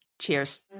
Cheers